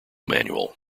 manual